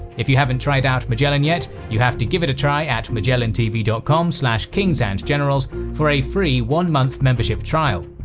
if you haven't tried out magellan yet, you have to give it a try at magellantv dot com slash kingsandgenerals for a free one-month membership trial.